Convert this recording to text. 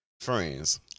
friends